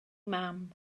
mam